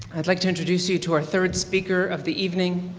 i'd like to introduce you to our third speaker of the evening.